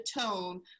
tone